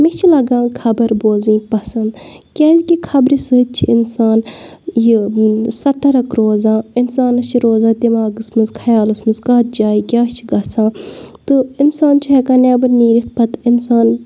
مےٚ چھ لگان خبَر بوزٕنۍ پسنٛد کیازکہِ خبرِ سۭتۍ چھِ اِنسان یہِ ستررک روزان اِنسانَس چھ روزان دیماغس منٛز خیالَس منٛ زکَتھ جایہِ کیاہ چھ گژھان تہٕ اِنسان چھُ ہیٚکان بیٚبَر نیٖرِتھ پتہٕ اِنسان